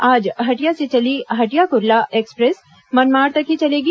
आज हटिया से चली हटिया कुर्ला एक्सप्रेस मनमाड़ तक ही चलेगी